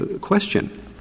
question